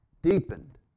Deepened